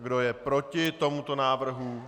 Kdo je proti tomuto návrhu?